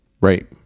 Right